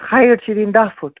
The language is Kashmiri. ہایِٹ چھِ دِنۍ دہ فُٹ